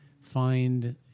find